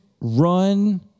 run